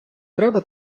треба